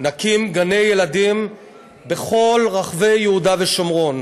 נקים גני-ילדים בכל רחבי יהודה והשומרון,